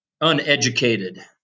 uneducated